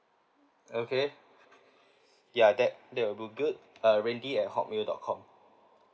okay ya that that will be good uh randy at hotmail dot com